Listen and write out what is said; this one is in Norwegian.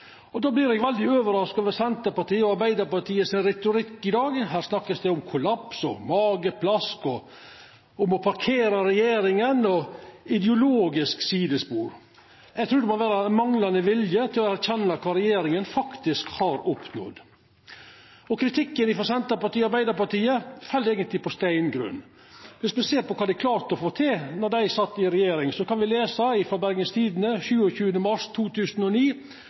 god. Då vert eg veldig overraska over retorikken til Senterpartiet og Arbeidarpartiet i dag. Her vert det snakka om kollaps og om mageplask og om å parkera regjeringa og om ideologisk sidespor. Eg trur det må vera manglande vilje til å erkjenna kva regjeringa faktisk har oppnådd. Kritikken frå Senterpartiet og Arbeidarpartiet fell eigentleg på steingrunn dersom me ser på kva dei klarte å få til då dei sat i regjering. Me kan lesa frå Bergens Tidende 27. mars 2009: